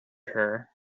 her